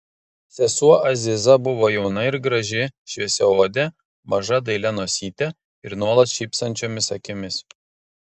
sesuo aziza buvo jauna ir graži šviesiaodė maža dailia nosyte ir nuolat šypsančiomis akimis